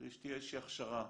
קרי שתהיה איזושהי הכשרה,